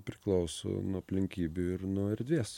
priklauso nuo aplinkybių ir nuo erdvės